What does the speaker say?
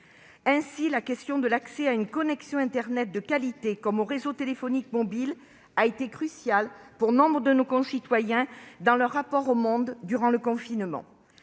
Ainsi, la question de l'accès à une connexion internet de qualité comme au réseau téléphonique mobile a été cruciale pour nombre de nos concitoyens dans leur rapport au monde durant le confinement.